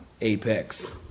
apex